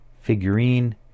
Figurine